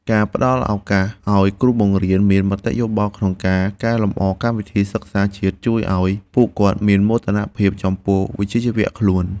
ការផ្តល់ឱកាសឱ្យគ្រូបង្រៀនមានមតិយោបល់ក្នុងការកែលម្អកម្មវិធីសិក្សាជាតិជួយឱ្យពួកគាត់មានមោទនភាពចំពោះវិជ្ជាជីវៈខ្លួន។